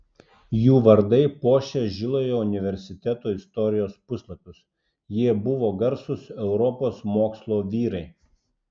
jų vardai puošia žilojo universiteto istorijos puslapius jie buvo garsūs europos mokslo vyrai